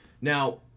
Now